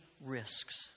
risks